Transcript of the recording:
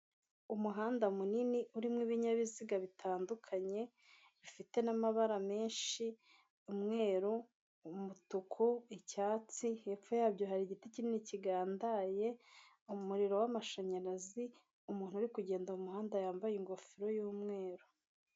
Umuhanda munini urimo ibinyabiziga bitandukanye, bifite n'amabara menshi; umweru, umutuku, icyatsi, hepfo yabyo hari igiti kinini kigandaye, umuriro w'amashanyarazi, umuntu uri kugenda mu muhanda, yambaye ingofero y'umweru.